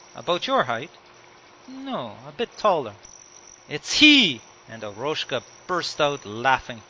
about your height no, a bit taller it's he and eroshka burst out laughing.